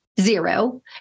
Zero